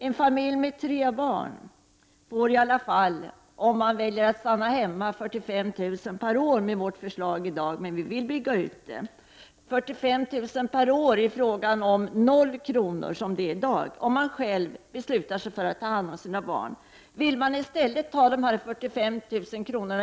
En familj med tre barn får i alla fall, om en väljer att stanna hemma, 45 000 per år enligt vårt förslag som det i dag ser ut, men vi vill bygga ut det. Man får alltså 45 000 kr. per år — det skall jämföras med 0 kr. som det är i dag — om man väljer att själv ta hand om sina barn. För den som i stället vill ta de 45 000 kr.